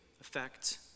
effect